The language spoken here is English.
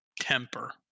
temper